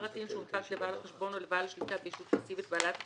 ה-TIN שהונפק לבעל החשבון או לבעל השליטה בישות פסיבית בעלת החשבון,